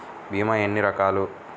భీమ ఎన్ని రకాలు?